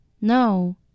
No